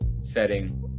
setting